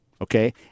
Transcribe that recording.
Okay